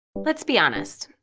let's be honest.